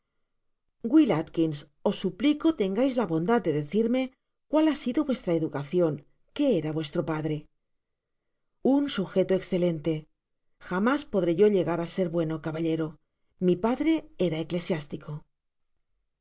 will atkins os suplico tengais la bondad de decirme cuál ha sido vuestra educaciob qtfé era vuestro padre un sugeto escelente jamás podré yo llegar á ser bueno caballero mi padre era eclesiástico